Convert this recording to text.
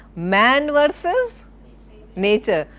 man versus nature,